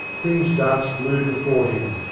things danced blue before him,